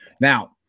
now